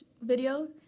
video